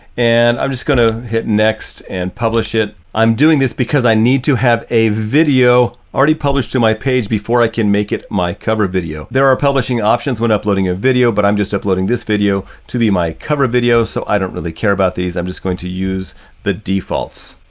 and i'm just gonna hit next and publish it. i'm doing this because i need to have a video already published to my page before i can make it my cover video. there are publishing options when uploading a video, but i'm just uploading this video to be my cover video so i don't really care about these. i'm just going to use the defaults.